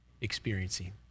experiencing